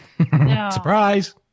Surprise